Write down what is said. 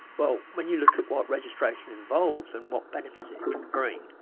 well, when you look at what registration involves and what benefits it can bring,